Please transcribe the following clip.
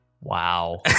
Wow